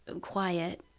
quiet